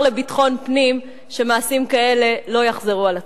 לביטחון פנים שמעשים כאלה לא יחזרו על עצמם.